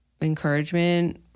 encouragement